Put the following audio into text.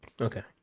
Okay